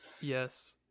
Yes